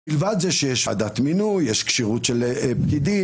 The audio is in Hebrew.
מלבד זה שיש ועדת מינוי ויש כשירות של פקידים.